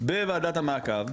בוועדת המעקב,